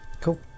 Cool